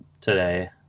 today